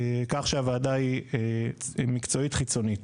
כך שהוועדה היא מקצועית חיצונית.